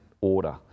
order